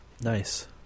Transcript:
Nice